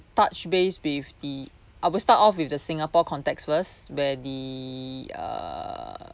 touch base with the I will start off with the singapore context first where the uh